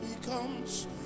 becomes